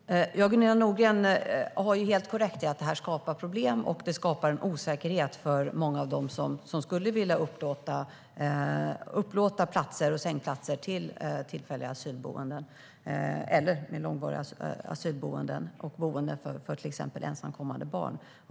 Herr talman! Gunilla Nordgren har helt rätt i att det skapar problem och en osäkerhet för många av dem som skulle vilja upplåta platser och sängplatser till tillfälliga asylboenden eller långvariga asylboenden och boenden för till exempel ensamkommande barn.